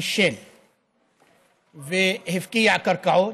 נישל והפקיע קרקעות.